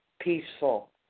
peaceful